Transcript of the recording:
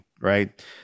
right